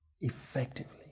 effectively